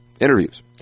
interviews